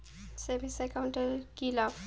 Savings account এর কি লাভ?